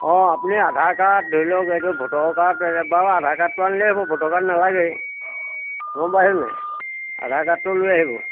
অঁ আপুনি আধাৰ কাৰ্ড ধৰি লওক এইটো ভোটৰ কাৰ্ড এবাৰ আধাৰ কাৰ্ডটো আনিলে হ'ব ভোটৰ কাৰ্ড নালাগে গম পাইছেনে নাই আধাৰ কাৰ্ডটো লৈ আহিব